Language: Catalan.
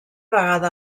vegada